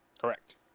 Correct